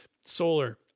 solar